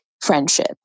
friendship